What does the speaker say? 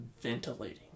Ventilating